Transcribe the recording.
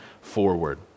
forward